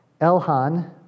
Elhan